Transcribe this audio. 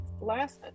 last